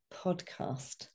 podcast